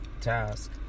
task